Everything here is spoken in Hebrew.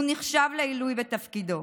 הוא נחשב לעילוי בתפקידו.